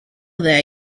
that